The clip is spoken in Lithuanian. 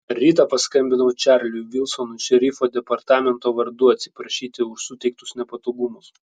rytą paskambinau čarliui vilsonui šerifo departamento vardu atsiprašyti už suteiktus nepatogumus